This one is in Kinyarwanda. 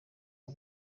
w’u